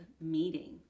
meeting